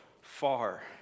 far